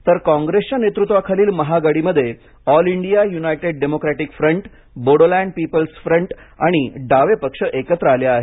तर काँग्रेसच्या नेतृत्वाखालील महाआघाडीमध्ये all India united democratic front Bodoland people's front आणि डावे पक्ष एकत्र आले आहेत